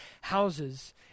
houses